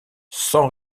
sans